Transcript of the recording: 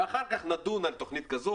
ואחר כך נדון על תוכנית כזאת,